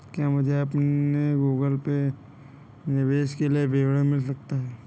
क्या मुझे अपने गूगल पे निवेश के लिए विवरण मिल सकता है?